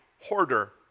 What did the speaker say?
hoarder